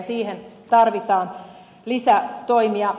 siihen tarvitaan lisätoimia